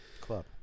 Club